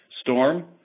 storm